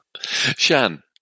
Shan